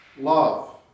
love